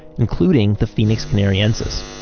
including the phoenix canariensis.